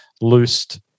loosed